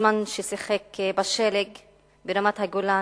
בזמן ששיחק בשלג ברמת-הגולן.